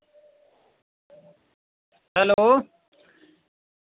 hello